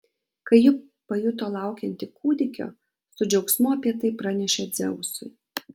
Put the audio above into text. kai ji pajuto laukianti kūdikio su džiaugsmu apie tai pranešė dzeusui